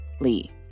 Lee